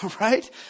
right